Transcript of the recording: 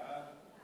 סעיפים 1